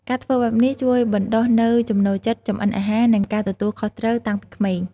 ការធ្វើបែបនេះជួយបណ្ដុះនូវ ចំណូលចិត្តចម្អិនអាហារ និង ការទទួលខុសត្រូវ តាំងពីក្មេង ។